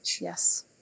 Yes